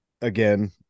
again